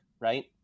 right